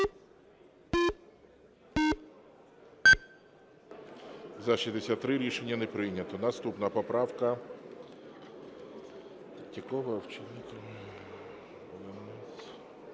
За-63 Рішення не прийнято. Наступна поправка